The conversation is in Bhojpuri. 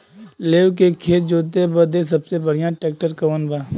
लेव के खेत जोते बदे सबसे बढ़ियां ट्रैक्टर कवन बा?